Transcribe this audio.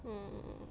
mm